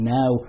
now